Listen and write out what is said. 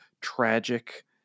tragic